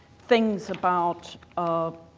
things about um